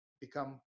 become